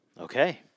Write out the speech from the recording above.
Okay